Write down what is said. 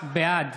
בעד